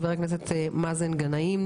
חבר הכנסת מאזן גנאים,